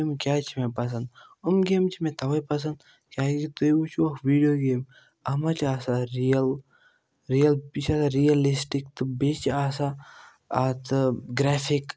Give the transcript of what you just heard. تہٕ یِم کِیازِ چھِ مےٚ پَسند یِم گیمہٕ چھِ مےٚ توے پَسند کِیازِ تُہۍ وٕچھو ویٖڈیو گیم اتھ منٛز چھِ آسان ریٖل ریٖل یہِ چھنہٕ رِیٚلسٹِک تہٕ بیٚیہِ چھِ آسان اتھ گرٛیفِک